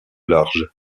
large